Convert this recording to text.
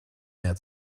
mehr